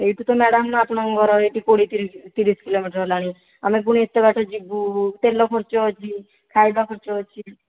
ଏଇଠୁ ତ ମ୍ୟାଡ଼ାମ ଆପଣଙ୍କ ଘର ଏଇଠି କୋଡ଼ିଏ ତିରିଶ କିଲୋମିଟର ହେଲାଣି ଆମେ ପୁଣି ଏତେ ବାଟ ଯିବୁ ତେଲ ଖର୍ଚ୍ଚ ଅଛି ଖାଇବା ଖର୍ଚ୍ଚ ଅଛି